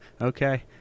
Okay